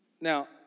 Now